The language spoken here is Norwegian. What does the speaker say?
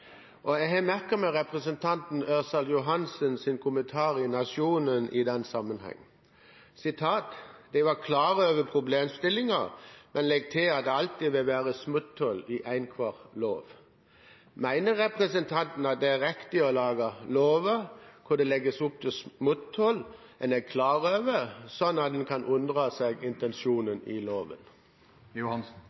Og jeg har merket meg representanten Ørsal Johansens kommentar i Nationen i den sammenheng: «Dei var klar over problemstillinga, men legg til at det alltid vil vere smotthol i ein kvar lov.» Mener representanten at det er riktig å lage lover hvor det legges opp til smutthull som en er klar over, slik at en kan unndra seg intensjonen i loven?